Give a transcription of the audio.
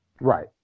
Right